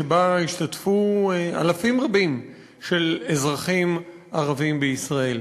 שבה השתתפו אלפים רבים של אזרחים ערבים בישראל.